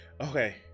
Okay